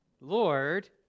Lord